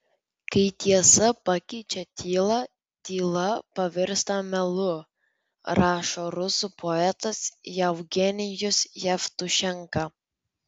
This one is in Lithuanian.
kai tiesą pakeičia tyla tyla pavirsta melu rašo rusų poetas jevgenijus jevtušenka